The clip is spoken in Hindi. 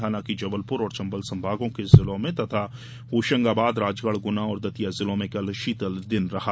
हालांकि जबलपुर और चंबल संभागों के जिलों में तथा होशंगाबाद राजगढ गुना और दतिया जिलों में कल शीतल दिन रहा